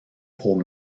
aux